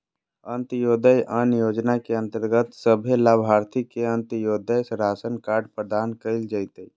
अंत्योदय अन्न योजना के अंतर्गत सभे लाभार्थि के अंत्योदय राशन कार्ड प्रदान कइल जयतै